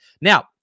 now